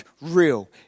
real